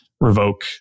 revoke